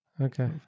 Okay